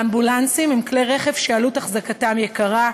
האמבולנסים הם כלי רכב שעלות החזקתם גבוהה,